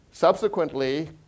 Subsequently